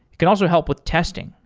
it can also help with testing,